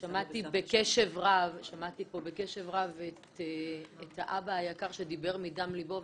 שמעתי בקשב רב את האבא היקר שדיבר מדם לבו.